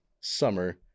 summer